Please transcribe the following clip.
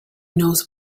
knows